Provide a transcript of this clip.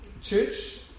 church